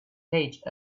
page